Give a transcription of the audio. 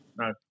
No